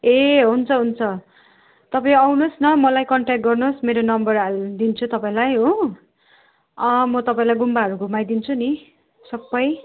ए हुन्छ हुन्छ तपाईँ आउनुहोस् न मलाई कन्ट्याक्ट गर्नुहोस् मेरो नम्बर हालिदिन्छु तपाईँलाई हो अँ म तपाईँलाई गुम्बाहरू घुमाइदिन्छु नि सबै